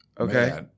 Okay